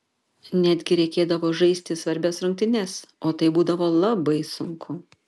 netgi reikėdavo žaisti svarbias rungtynes o tai būdavo labai sunku